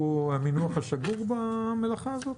זה המונח השגור במלאכה הזאת?